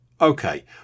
Okay